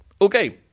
Okay